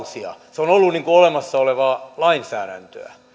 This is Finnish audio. se on ollut olemassa olevaa lainsäädäntöä